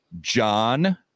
John